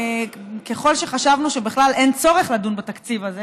ככל שחשבנו שבכלל אין צורך לדון בתקציב הזה,